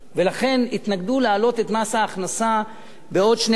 ולכן התנגדו להעלאת מס ההכנסה בעוד 2%,